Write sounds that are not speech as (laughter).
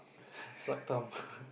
(laughs) suck thumb